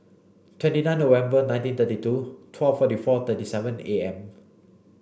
twenty nine November nineteen thirty two twelve forty four thirty seven A M